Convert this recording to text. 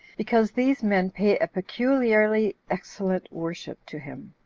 because these men pay a peculiarly excellent worship to him.